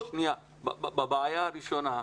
לגבי הבעיה הראשונה,